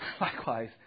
likewise